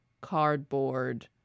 cardboard